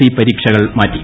C പരീക്ഷകൾ മാറ്റി